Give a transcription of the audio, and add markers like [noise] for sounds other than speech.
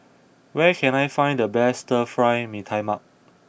where can I find the best Stir Fry Mee Tai Mak [noise]